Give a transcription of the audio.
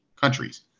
countries